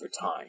time